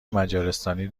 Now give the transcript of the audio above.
مجارستانی